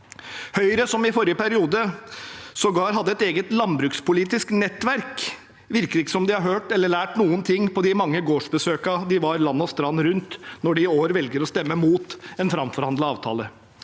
Høyre, som i forrige periode sågar hadde et eget landbrukspolitisk nettverk, virker ikke som de har hørt eller lært noe på de mange gårdsbesøkene de var på land og strand rundt, når de i år velger å stemme mot en framforhandlet avtale.